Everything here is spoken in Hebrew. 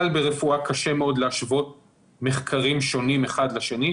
ברפואה קשה מאוד להשוות מחקרים שונים אחד לשני,